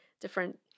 different